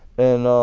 and